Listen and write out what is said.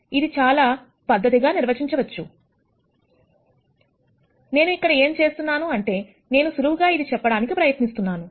ఇది చాలా పద్ధతిగా నిర్వచించవచ్చు నేను ఇక్కడ ఏం చేస్తున్నాను అంటే నేను సులువుగా ఇది చెప్పడానికి ప్రయత్నిస్తున్నాను